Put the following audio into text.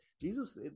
Jesus